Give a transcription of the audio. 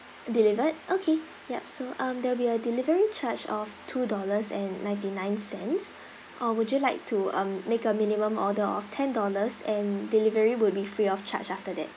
delivered okay yup so um there'll be a delivery charge of two dollars and ninety nine cents uh would you like to um make a minimum order of ten dollars and delivery will be free of charge after that